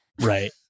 Right